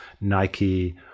Nike